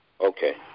Okay